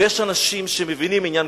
ויש אנשים שמבינים עניין,